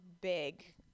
big